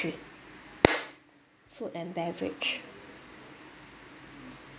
food and beverage